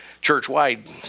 church-wide